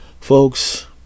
folks